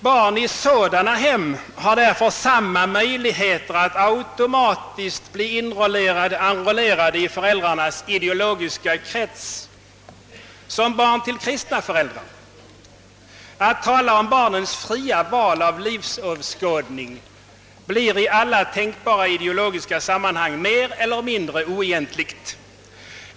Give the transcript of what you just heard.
Barn i sådana hem har därför samma möjligheter att automatiskt bli indragna i föräldrarnas ideologiska krets som barn till kristna föräldrar. Det är i alla tänkbara ideologiska sammanhang mer eller mindre oegentligt att tala om barnens fria val av livsåskådning.